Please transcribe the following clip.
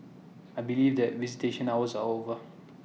I believe that visitation hours are over